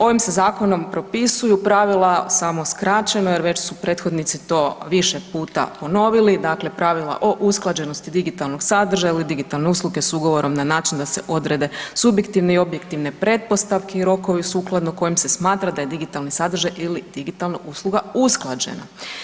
Ovim se zakonom propisuju pravila samo skraćeno jer već su prethodnici to više puta ponovili, dakle pravila o usklađenosti digitalnog sadržaja ili digitalne usluge s ugovorom na način da se odrede subjektivne i objektivne pretpostavke i rokovi sukladno kojim se smatra da je digitalni sadržaj ili digitalna usluga usklađena.